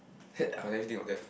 hate of everything of that